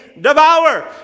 devour